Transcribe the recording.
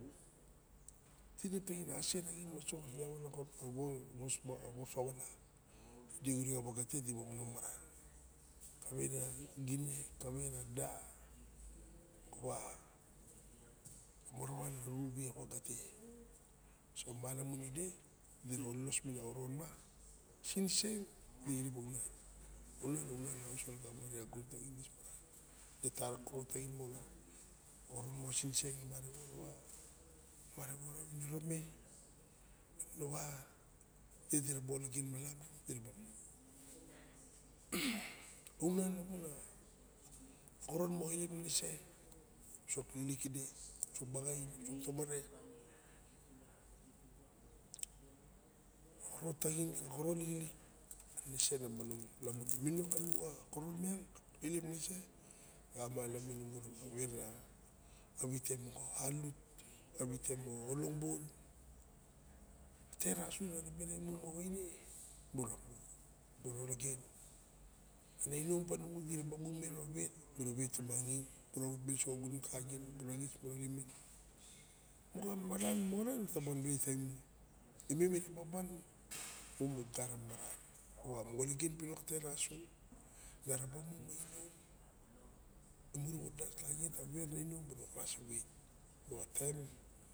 Tibu tibe ase raxin ka balankot ka wol ka wos kawale. ide xure xa waga te dimomong maran. kavera gine kawe rada, maxowa, morowa. na ruwi a wagate. so malamun ide dira ololos minin a xoron mo siniseng idexirip pawaunam. unan uso lagamo xa gunon siniseng. ma tara xoron taxin mon mara winirome moxa ide diraba aunam a koron moxa ilep miniset. wisok lixilik kide wisok baxaim. wisok tamare koxon taxin koron lixilikminiset na manong lamun a mininong kanimu xa koron miang ilep malamun imu. a wite moxa alut. a wite moxa olongmon. a terasu na ribe rawimu ma wane. mura mu ma olagen. ana inom panimu dirabemume rawa wet. mura wet tumangin muraxis baling. imem mira ban, mura ologgen bilok a terasu mura wandas kaxien.